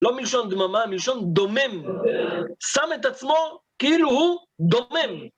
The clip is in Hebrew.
לא מלשון דממה, מלשון דומם. שם את עצמו כאילו הוא דומם.